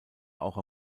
auch